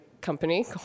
company